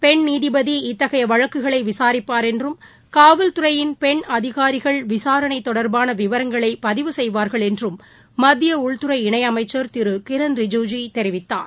பெண் நீதிபதி இத்தகையவழக்குகளைவிசாரிப்பார் என்றும் காவல்துறையின் பெண் அதிகாரிகள் விசாரணைதொடர்பானவிவரங்களைபதிவு செய்வார்கள் என்றும் மத்தியஉள்துறை இணைஅமைச்சர் திருகிரண் ரிஜிஜு தெரிவித்தார்